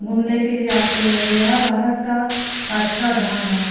घूमने के लिए आते है यह भारत का पाँचवा धाम है